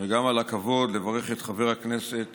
וגם על הכבוד לברך את חבר הכנסת